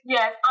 Yes